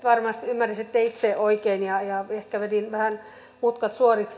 varmasti ymmärsitte itse oikein ja ehkä vedin vähän mutkat suoriksi